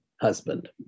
husband